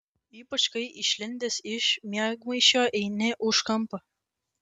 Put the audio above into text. ypač kai išlindęs iš miegmaišio eini už kampo